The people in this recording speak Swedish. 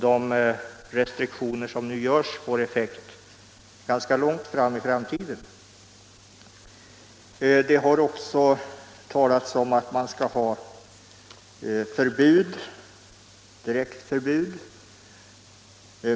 De restriktioner som nu införs får effekt först ganska långt fram i tiden. Det har också talats om direkt förbud mot användning av asbest.